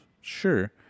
Sure